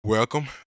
Welcome